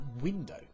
window